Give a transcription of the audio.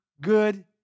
good